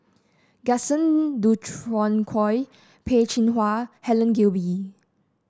Gaston Dutronquoy Peh Chin Hua Helen Gilbey